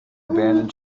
abandoned